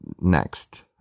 next